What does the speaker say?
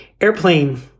airplane